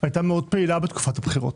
הייתה פעילה מאוד בתקופת הבחירות.